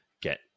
get